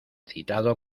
citado